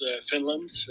Finland